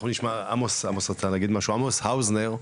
עמוס האוזנר,